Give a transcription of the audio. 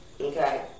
okay